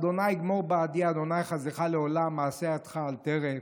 ה' יגמור בעדי, ה' חסדך לעולם, מעשה ידיך אל תרף.